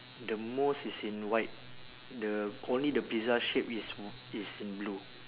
the most is in white the only the pizza shape is is in blue